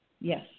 Yes